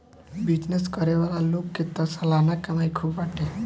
business करे वाला लोग के तअ सलाना कमाई खूब बाटे